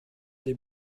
des